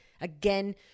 again